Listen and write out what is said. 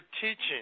teaching